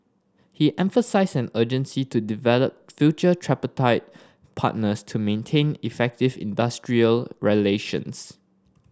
he emphasised an urgency to develop future tripartite partners to maintain effective industrial relations